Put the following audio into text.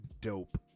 dope